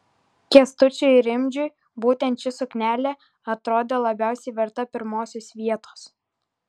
kęstučiui rimdžiui būtent ši suknelė atrodė labiausiai verta pirmosios vietos